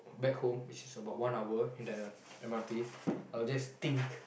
back home with is about one hour in the M_R_T I will just think